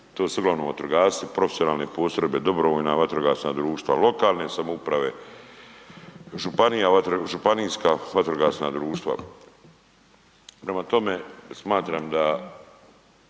to su uglavnom vatrogasci, profesionalne postrojbe, DVD-i, lokalne samouprave, županijska vatrogasna društva, prema tome smatram da